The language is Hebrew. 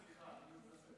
סליחה, אני מתנצל.